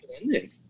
ending